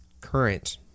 current